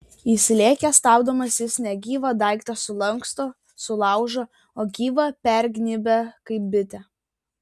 įsilėkęs stabdomas jis negyvą daiktą sulanksto sulaužo o gyvą pergnybia kaip bitę